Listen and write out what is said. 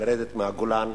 ולרדת מהגולן.